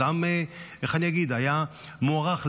אדם שהיה מוערך,